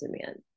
demand